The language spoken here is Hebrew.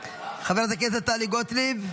חברת הכנסת טלי גוטליב,